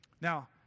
Now